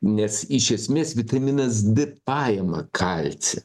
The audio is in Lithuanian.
nes iš esmės vitaminas d paima kalcį